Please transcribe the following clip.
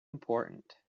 important